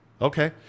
Okay